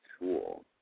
tool